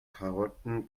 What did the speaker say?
karotten